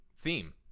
theme